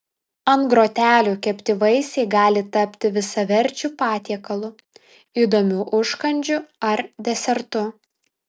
ant grotelių kepti vaisiai gali tapti visaverčiu patiekalu įdomiu užkandžiu ar desertu